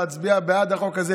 להצביע בעד החוק הזה,